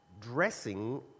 dressing